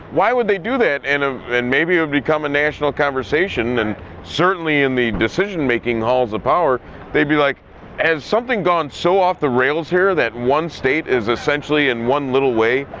why would they do that? and of and maybe it would become a national conversation and certainly in the decision-making halls of the power they'd be like has something gone so off the rails here that one state is essentially, in one little way,